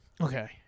Okay